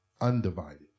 undivided